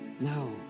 No